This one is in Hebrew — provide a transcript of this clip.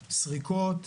סריקות,